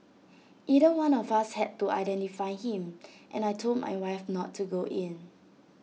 either one of us had to identify him and I Told my wife not to go in